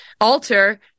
alter